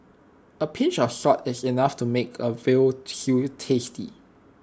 A pinch of salt is enough to make A Veal Stew tasty